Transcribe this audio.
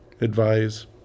advise